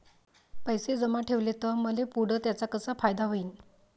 पैसे जमा ठेवले त मले पुढं त्याचा कसा फायदा होईन?